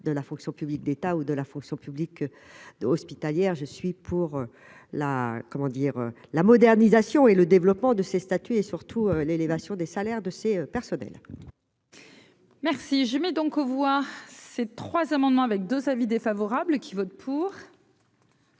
de la fonction publique d'État ou de la fonction publique hospitalière, je suis pour la, comment dire, la modernisation et le développement de ses statuts et surtout l'élévation des salaires de ses personnels. Merci, je mets donc aux voix ces trois amendements avec 2 avis défavorables qui vote pour.